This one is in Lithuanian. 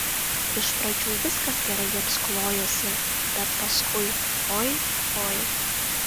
iš pradžių viskas gerai jiems klojosi bet paskui oi oi